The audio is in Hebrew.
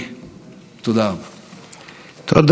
חברת הכנסת מיכל רוזין, בבקשה, גברתי.